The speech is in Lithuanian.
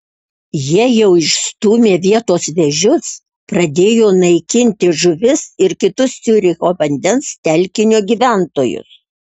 jie jau išstūmė vietos vėžius pradėjo naikinti žuvis ir kitus ciuricho vandens telkinio gyventojus